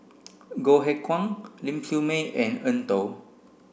Goh Eck Kheng Ling Siew May and Eng Tow